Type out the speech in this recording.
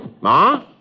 Ma